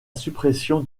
suppression